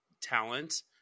talent